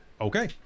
Okay